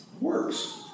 Works